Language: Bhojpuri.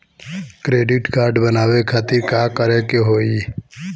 क्रेडिट कार्ड बनवावे खातिर का करे के होई?